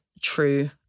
true